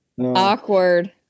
awkward